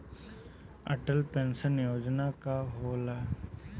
Atal pension योजना का होला?